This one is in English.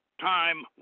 time